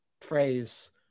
phrase